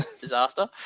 disaster